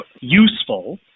useful